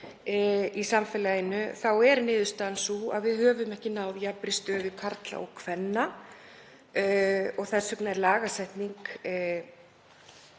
í samfélaginu er niðurstaðan sú að við höfum ekki náð jafnri stöðu karla og kvenna. Þess vegna er lagasetning